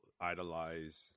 idolize